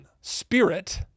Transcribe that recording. spirit